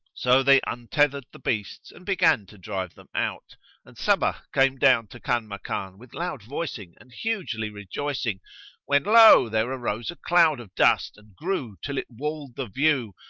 so they untethered the beasts and began to drive them out and sabbah came down to kanmakan with loud voicing and hugely rejoicing when lo! there arose a cloud of dust and grew till it walled the view,